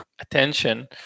attention